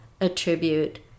attribute